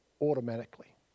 automatically